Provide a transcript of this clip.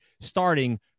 starting